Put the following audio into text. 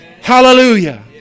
Hallelujah